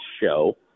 show